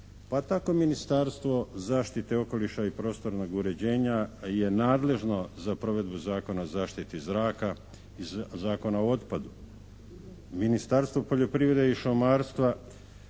Pa tako Ministarstvo zaštite okoliša i prostornog uređenja je nadležno za provedbu Zakona o zaštiti zraka i Zakona o otpadu. Ministarstvo poljoprivrede i šumarstva